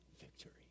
victory